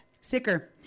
Sicker